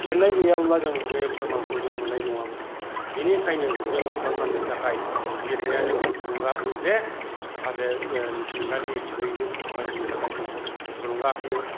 लिरनाय गैयामोनब्ला जों दिनै फोरमानखौ जों मोन्नाय नङामोन बेनिखायनो जोङो फोरमाननि थाखाय लिरनाया जोंखौ थुलुंगा होयो जे माखासे मिथिंगानि रैरुब समायनानि थाखाय जोंखौ थुलुंगा होयो